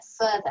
further